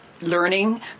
learning